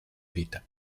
vita